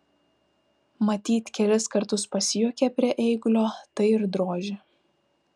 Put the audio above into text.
matyt kelis kartus pasijuokė prie eigulio tai ir drožė